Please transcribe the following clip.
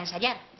again!